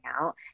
out